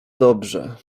dobrze